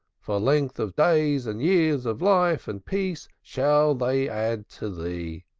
for length of days and years of life and peace shall they add to thee.